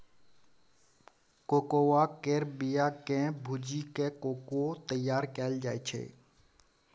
cocoa केर बिया केँ भूजि कय कोको तैयार कएल जाइ छै